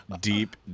deep